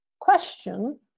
question